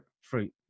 fruit